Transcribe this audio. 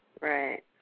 Right